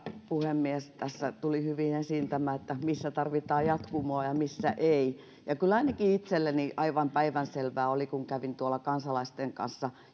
puhemies tässä tuli hyvin esiin tämä missä tarvitaan jatkumoa ja missä ei ainakin itselleni aivan päivänselvää oli kun kävin kansalaisten kanssa